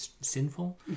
sinful